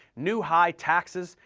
new high taxes,